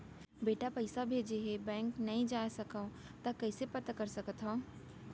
बेटा पइसा भेजे हे, बैंक नई जाथे सकंव त कइसे पता कर सकथव?